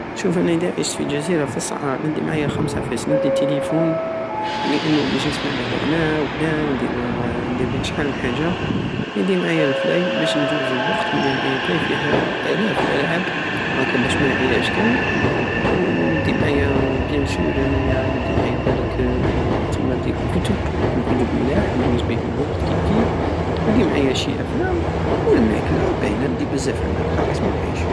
شوف انا اداوعشت في جزيرة في الصحراء ندي معايا خمس عفايس ندي نعاية التيليفون لانو بش نسمع بيه لغنى وكدا وندير بيه شحال من حاجة ندي معيا لبلاي بش نجوز الوقت وندي معايا لبلاي فيه الاف الالعاب هكا بش منعياش كامل وندي معايا بيانسور انايا ندي معايا بالام تسمى ندي الكتب الكتب ملاح نجوز بيهم الوقت كيفكيف ندي معايا شي افلام والماكلة باينة ندي بزاف الماكلة قيس ما نعيش